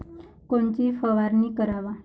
कोनची फवारणी कराव?